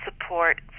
support